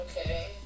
Okay